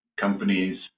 companies